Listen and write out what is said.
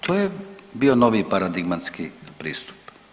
To je bio novi paradigmatski pristup.